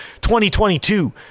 2022